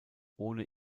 ohne